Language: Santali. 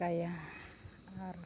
ᱪᱮᱠᱟᱭᱟ ᱟᱨ